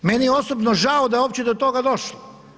Meni je osobno žao da je uopće do toga došlo.